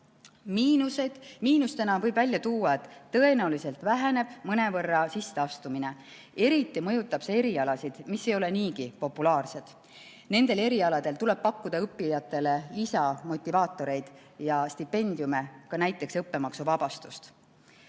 Miinustena võib välja tuua, et tõenäoliselt väheneb mõnevõrra sisseastumine. Eriti mõjutab see erialasid, mis ei ole niigi populaarsed. Nendel erialadel tuleb pakkuda õppijatele lisamotivaatoreid ja stipendiume, ka näiteks õppemaksuvabastust.